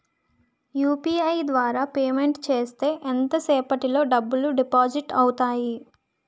UPI ద్వారా payment చేస్తే ఎంత సేపటిలో డబ్బులు డిపాజిట్ అవుతాయి?